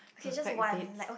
perfect dates